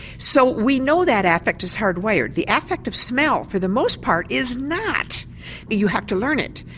so we know that affect is hardwired. the affect of smell for the most part is not you have to learn it.